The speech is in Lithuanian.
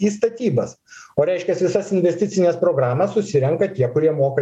į statybas o reiškias visas investicines programas susirenka tie kurie moka